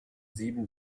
sieben